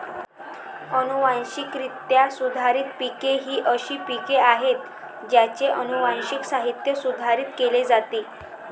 अनुवांशिकरित्या सुधारित पिके ही अशी पिके आहेत ज्यांचे अनुवांशिक साहित्य सुधारित केले जाते